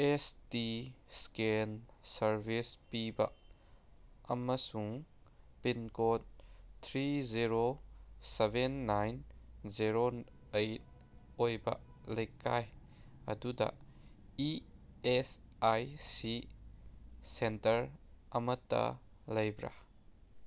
ꯑꯦꯁ T ꯏꯁꯀꯦꯟ service ꯄꯤꯕ ꯑꯃꯁꯨꯡ pin code three zero seven nine zero eight ꯑꯣꯏꯕ ꯂꯩꯀꯥꯏ ꯑꯗꯨꯗ E S I C centre ꯑꯃꯠꯇ ꯂꯩꯕ꯭ꯔꯥ